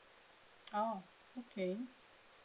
oh okay